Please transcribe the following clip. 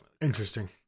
Interesting